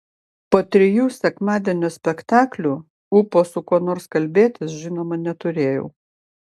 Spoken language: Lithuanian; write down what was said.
po trijų sekmadienio spektaklių ūpo su kuo nors kalbėtis žinoma neturėjau